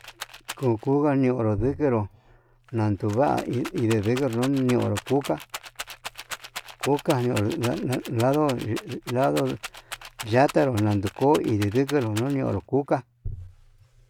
Kokova niunu nukenró nakuva'a inde niekunru ño'on ndadio kuka, kuka niun na la- la lado yakanru naduu ko'o, ididikero nianku kuu kuka.